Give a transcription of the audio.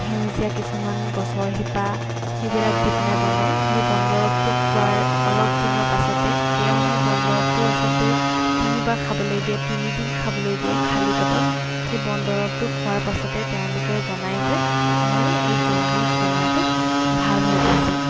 সেউজীয়া কিছুমান গছৰ শিপা সেইবিলাক দি পিনে বনাই সেই বন দৰৱটো খোৱাৰ অলপ দিনৰ পাছতে তেওঁ সেই বন দৰৱটো আচলতে তিনিবাৰ খাবলৈ দিয়ে তিনিদিন খাবলৈ দিয়ে খালী পেটত সেই বন দৰৱটো খোৱাৰ পাছতেই তেওঁলোকে জনায় যে মোৰ এই জণ্ডিচ বেমাৰটো ভাল হৈ গৈছে